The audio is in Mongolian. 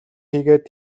хийгээд